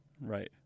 right